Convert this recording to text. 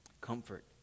Comfort